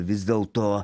vis dėlto